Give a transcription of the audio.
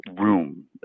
room